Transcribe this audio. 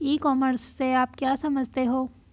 ई commerce से आप क्या समझते हो?